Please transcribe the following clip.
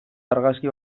argazki